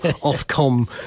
off-com